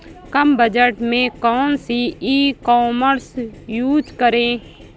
कम budget में कौन सी ई कॉमर्स यूज़ करें?